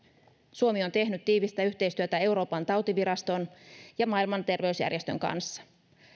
suomi on tehnyt tiivistä yhteistyötä euroopan tautiviraston ja maailman terveysjärjestön kanssa